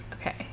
Okay